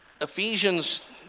Ephesians